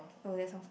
oh that sounds